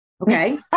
Okay